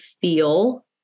feel